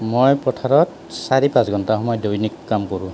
মই পথাৰত চাৰি পাঁচ ঘণ্টা দৈনিক কাম কৰোঁ